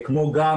כמו גם,